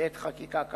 בעת חקיקת החוק,